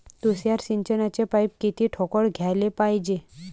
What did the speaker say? तुषार सिंचनाचे पाइप किती ठोकळ घ्याले पायजे?